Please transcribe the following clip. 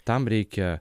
tam reikia